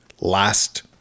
last